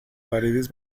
paredes